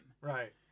Right